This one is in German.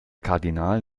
kardinal